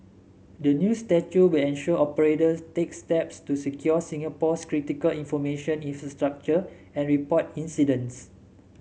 the new statute will ensure operators take steps to secure Singapore's critical information infrastructure and report incidents